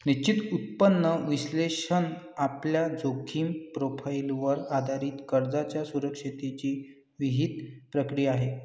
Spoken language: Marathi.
निश्चित उत्पन्न विश्लेषण आपल्या जोखीम प्रोफाइलवर आधारित कर्जाच्या सुरक्षिततेची विहित प्रक्रिया आहे